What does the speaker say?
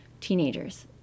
teenagers